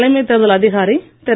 தலைமைத் தேர்தல் அதிகாரி திரு